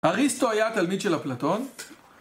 אריסטו היה תלמיד של אפלטון